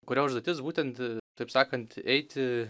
kurio užduotis būtent taip sakant eiti